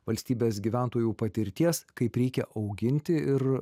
valstybės gyventojų patirties kaip reikia auginti ir